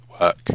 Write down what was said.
work